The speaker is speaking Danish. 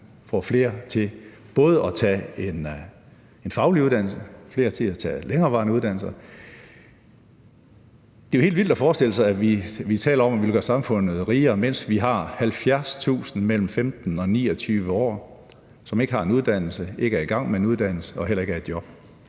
får flere til at tage en faglig uddannelse og får flere til at tage en længerevarende uddannelse. Det er jo helt vildt at forestille sig, at vi taler om at ville gøre samfundet rigere, mens vi har 70.000 mellem 15 og 29 år, som ikke har en uddannelse, ikke er i gang med en uddannelse og heller ikke er i job.